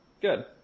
good